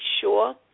sure